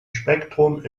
spektrum